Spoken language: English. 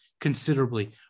considerably